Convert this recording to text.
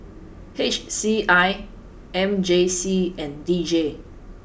H C I M J C and D J